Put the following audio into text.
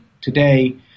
today